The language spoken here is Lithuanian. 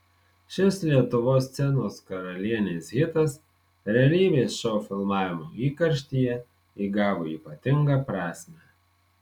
šis lietuvos scenos karalienės hitas realybės šou filmavimo įkarštyje įgavo ypatingą prasmę